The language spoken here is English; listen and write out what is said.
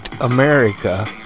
America